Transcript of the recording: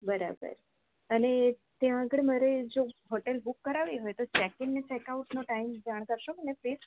બરાબર અને ત્યાં આગળ મારે જો હોટેલ બુક કરાવવી હોય તો ચેક ઈન ને ચેક આઉટનો ટાઈમ જાણ કરશો મને પ્લીઝ